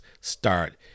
start